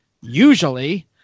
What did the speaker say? usually –